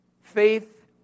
Faith